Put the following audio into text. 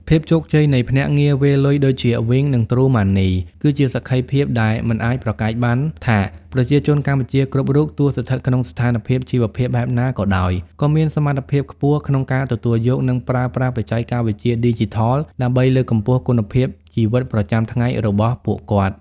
ភាពជោគជ័យនៃភ្នាក់ងារវេរលុយដូចជា វីង (Wing) និង ទ្រូម៉ាន់នី (TrueMoney) គឺជាសក្ខីភាពដែលមិនអាចប្រកែកបានថា ប្រជាជនកម្ពុជាគ្រប់រូប ទោះស្ថិតក្នុងស្ថានភាពជីវភាពបែបណាក៏ដោយ ក៏មានសមត្ថភាពខ្ពស់ក្នុងការទទួលយក និងប្រើប្រាស់បច្ចេកវិទ្យាឌីជីថល ដើម្បីលើកកម្ពស់គុណភាពជីវិតប្រចាំថ្ងៃរបស់ពួកគាត់។